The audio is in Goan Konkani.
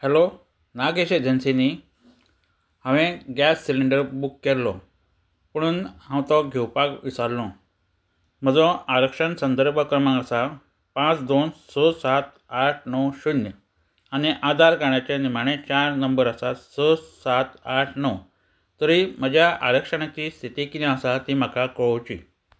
हॅलो नागेश एजन्सी न्ही हांवें गॅस सिलिंडर बूक केल्लो पुणून हांव तो घेवपाक विसारलो म्हजो आरक्षण संदर्भ क्रमांक आसा पांच दोन स सात आठ णव शुन्य आनी आधार कार्डाचे निमाणे चार नंबर आसा सात आठ णव तरी म्हज्या आरक्षणाची स्थिती किदें आसा ती म्हाका कळोवची